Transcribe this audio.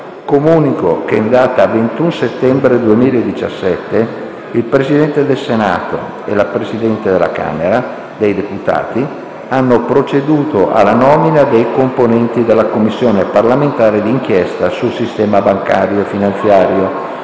Comunico che in data 21 settembre 2017 il Presidente del Senato e la Presidente della Camera dei deputati hanno proceduto alla nomina dei componenti della Commissione parlamentare di inchiesta sul sistema bancario e finanziario,